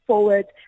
forward